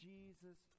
Jesus